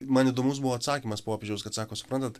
man įdomus buvo atsakymas popiežiaus kad sako suprantat